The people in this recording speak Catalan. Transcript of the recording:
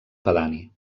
pedani